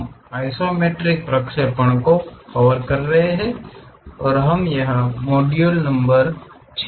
हम आइसोमेट्रिक प्रक्षेपणों को कवर कर रहे हैं और हम यहा मॉड्यूल संख्या 6 में हैं